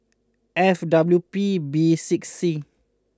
F W P B six C